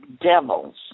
devils